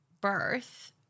birth